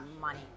money